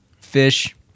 fish